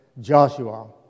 Joshua